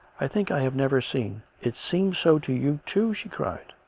i think i have never seen it seemed so to you too, she cried.